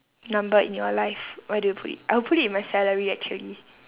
number in your life where do you put it I will put it in my salary actually